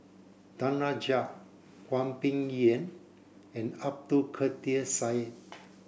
Danaraj Hwang Peng Yuan and Abdul Kadir Syed